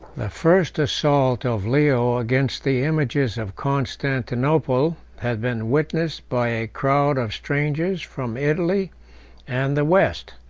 the first assault of leo against the images of constantinople had been witnessed by a crowd of strangers from italy and the west,